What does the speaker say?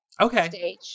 Okay